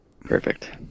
Perfect